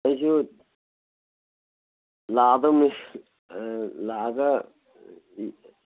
ꯑꯩꯁꯨ ꯂꯥꯛꯑꯗꯧꯅꯤ ꯂꯥꯛꯑꯒ